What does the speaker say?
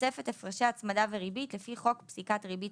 בתוספת הפרשי הצמדה וריבית לפי חוק פסיקת ריבית